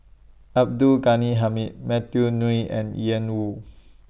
Abdul Ghani Hamid Matthew Ngui and Ian Woo